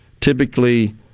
Typically